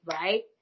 right